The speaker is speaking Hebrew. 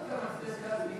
התשע"ו 2016,